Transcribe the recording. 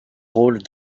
rôle